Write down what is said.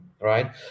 Right